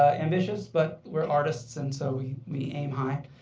ambitious, but we're artists, and so we we aim high.